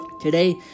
Today